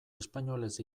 espainolez